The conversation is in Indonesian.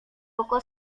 buku